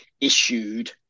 issued